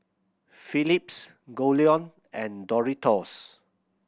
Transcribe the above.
Philips Goldlion and Doritos